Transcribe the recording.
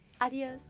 Adios